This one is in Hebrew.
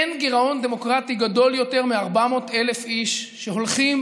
אין גירעון דמוקרטי גדול יותר מ-400,000 איש שהולכים,